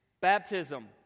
Baptism